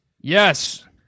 Yes